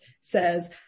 says